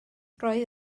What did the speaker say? roedd